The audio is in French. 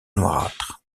noirâtre